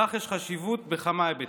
יש לכך חשיבות בכמה היבטים: